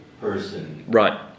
Right